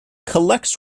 collects